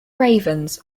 ravens